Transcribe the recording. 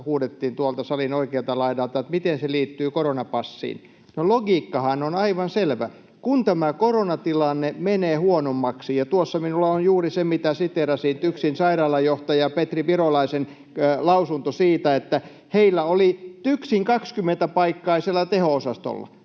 huudettiin tuolta salin oikealta laidalta, että miten se liittyy koronapassiin. No, logiikkahan on aivan selvä. Tuossa minulla on juuri se, mitä siteerasin, TYKSin sairaalajohtaja Petri Virolaisen lausunto siitä, että heillä oli siellä TYKSin 20-paikkaisella teho-osastolla